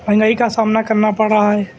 مہنگائی کا سامنا کرنا پڑ رہا ہے